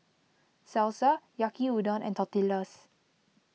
Salsa Yaki Udon and Tortillas